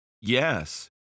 Yes